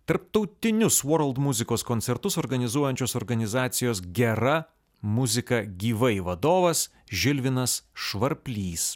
tarptautinius world muzikos koncertus organizuojančios organizacijos gera muzika gyvai vadovas žilvinas švarplys